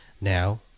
Now